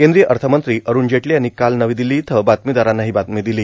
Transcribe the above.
केंद्रीय अर्थ मंत्री अरुण जेटली यांनी काल नवी दिल्ली इथं बातमीदारांना ही माहिती दिली